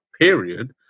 period